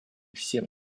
всем